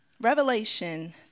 Revelation